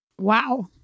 Wow